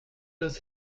does